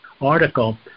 article